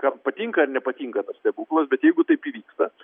kam patinka ar nepatinka tas stebuklas bet jeigu taip įvyksta